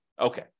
Okay